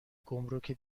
گمرک